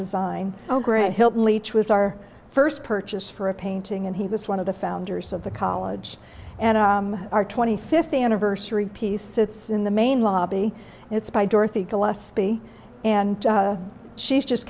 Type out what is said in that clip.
design oh great hilton leach was our first purchase for a painting and he was one of the founders of the college and our twenty fifth anniversary piece sits in the main lobby and it's by dorothy gillespie and she's just